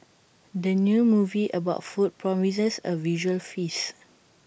the new movie about food promises A visual feast